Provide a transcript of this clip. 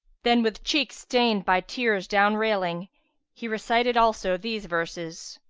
then, with cheeks stained by tears down railing he recited also these verses,